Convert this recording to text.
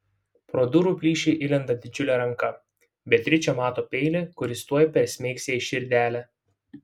pro durų plyšį įlenda didžiulė ranka beatričė mato peilį kuris tuoj persmeigs jai širdelę